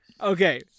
okay